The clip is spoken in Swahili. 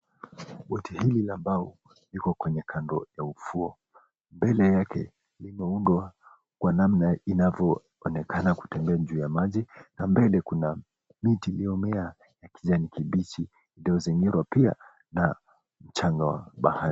Boti hili la mbao liko kwenye kando ya ufuo, mbele yake limeundwa kwa namna inavyoonekana kutembea juu ya maji na mbele kuna miti iliomea ya kijani kibichi iliyozingira pia na mchanga wa bahari.